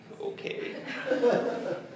Okay